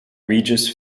regis